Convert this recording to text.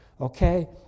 Okay